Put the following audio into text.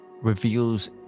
reveals